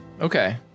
Okay